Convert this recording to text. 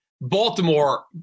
Baltimore